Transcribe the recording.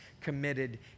committed